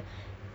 ya